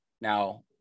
Now